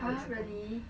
!huh! really